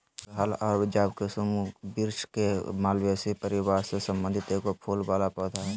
गुड़हल और जवाकुसुम वृक्ष के मालवेसी परिवार से संबंधित एगो फूल वला पौधा हइ